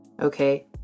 Okay